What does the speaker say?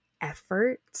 effort